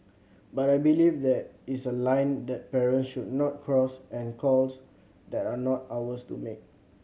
but I believe that It's a line that parents should not cross and calls that are not ours to make